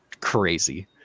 crazy